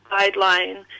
guideline